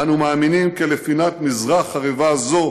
אנו מאמינים כי לפינת מזרח חרבה זו,